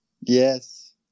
Yes